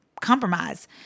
compromise